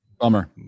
bummer